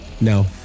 No